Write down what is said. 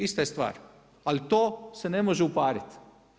Ista je stvar, ali to se ne može upariti.